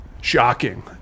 Shocking